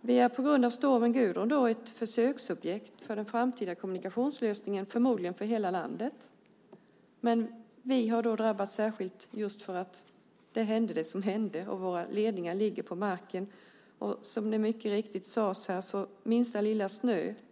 Vi är på grund av stormen Gudrun ett försöksobjekt för den framtida kommunikationslösningen för förmodligen hela landet. Vi har då drabbats särskilt just för att det som hände hände. Våra ledningar ligger på marken. Och det räcker, som mycket riktigt sades, med minsta lilla snömängd.